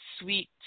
sweet